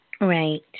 Right